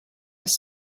was